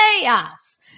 chaos